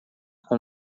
com